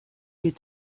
est